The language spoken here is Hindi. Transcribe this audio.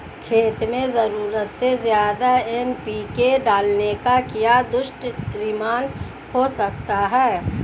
खेत में ज़रूरत से ज्यादा एन.पी.के डालने का क्या दुष्परिणाम हो सकता है?